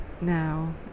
Now